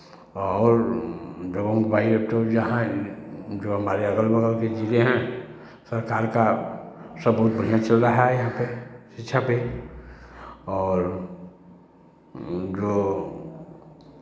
और जौन बाई एक ठो जहाँ जो हमारे अगल बगल के जिले हैं सरकार का सब बहुत बढ़ियाँ चल रहा है यहाँ पे शिक्षा पे और जो